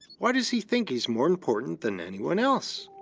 why does he think he's more important than anyone else?